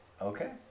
Okay